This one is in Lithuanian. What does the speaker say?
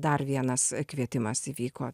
dar vienas kvietimas įvyko